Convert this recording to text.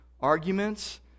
arguments